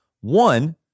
one